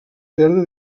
perdre